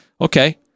okay